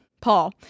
Paul